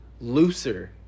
looser